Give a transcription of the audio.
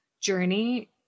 journey